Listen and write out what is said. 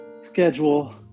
schedule